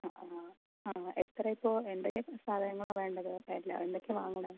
ആ ആ ആ എത്രയാണ് ഇപ്പോൾ എന്തൊക്കെ സാധനങ്ങളാണ് വേണ്ടത് എല്ലാ എന്തൊക്കെ വാങ്ങണം